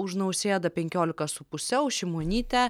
už nausėdą penkiolika su puse už šimonytę